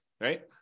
right